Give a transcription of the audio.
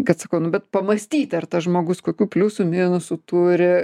kad sakau nu bet pamąstyti ar tas žmogus kokių pliusų minusų turi